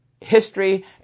history